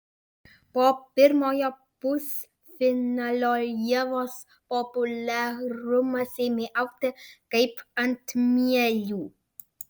po pirmojo pusfinalio ievos populiarumas ėmė augti kaip ant mielių